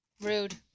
Rude